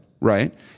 right